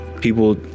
people